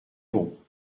bon